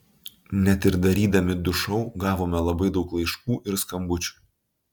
net ir darydami du šou gavome labai daug laiškų ir skambučių